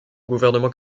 gouvernement